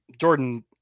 Jordan